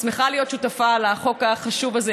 אני שמחה להיות שותפה לחוק החשוב הזה,